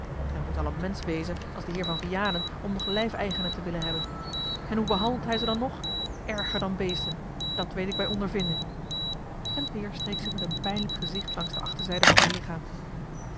men moet al een mensch wezen als de heer van vianen om nog lijfeigenen te willen hebben en hoe behandelt hij ze dan nog erger dan beesten dat weet ik bij ondervinding en peer streek zich met een pijnlijk gezicht langs de achterzijde van zijn lichaam